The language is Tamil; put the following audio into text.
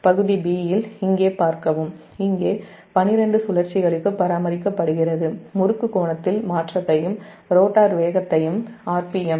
பகுதி b இங்கே பார்க்கவும் இங்கே 12 சுழற்சிகளுக்கு பராமரிக்கப் படுகிறது முறுக்கு கோணத்தில் மாற்றத்தையும் ரோட்டார் வேகத்தையும் rpm